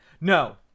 No